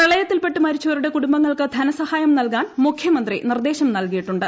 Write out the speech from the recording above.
പ്രളയത്തിൽപ്പെട്ടു മരിച്ചവരുടെ കുടുംബങ്ങൾക്ക് ധനസഹായം നൽകാൻ മുഖ്യമുന്തി നിർദ്ദേശം നൽകിയിട്ടുണ്ട്